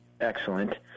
excellent